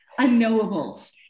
unknowables